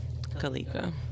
Kalika